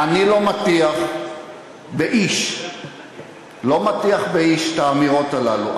אני לא מטיח באיש, לא מטיח באיש את האמירות הללו.